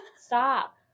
stop